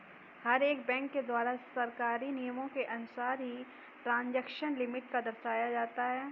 हर एक बैंक के द्वारा सरकारी नियमों के अनुसार ही ट्रांजेक्शन लिमिट को दर्शाया जाता है